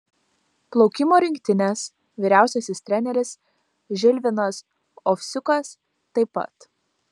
plaukimo rinktinės vyriausiasis treneris žilvinas ovsiukas taip pat